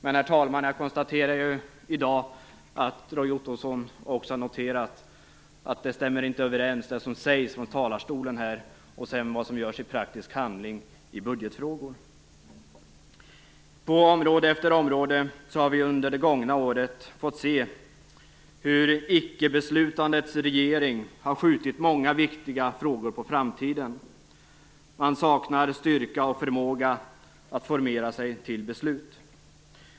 Men, herr talman, jag konstaterar i dag att Roy Ottosson också har noterat att det som sägs här från talarstolen inte stämmer överens med det som görs i praktisk handling i budgetfrågor. På område efter område har vi under det gångna året fått se hur ickebeslutandets regering har skjutit många viktiga frågor på framtiden. Man saknar styrka och förmåga att formera sig till beslut.